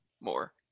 more